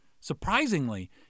Surprisingly